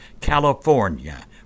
California